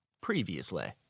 Previously